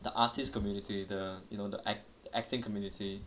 the artist community the you know the acting community